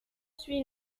suit